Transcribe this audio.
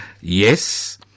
Yes